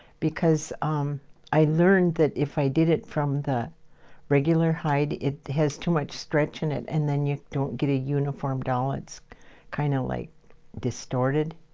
because um i learned that if i did it from the regular hide, it has too much stretch in it, and then you don't get a uniform doll. it's kind of like distorted.